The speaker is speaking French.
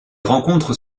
rencontres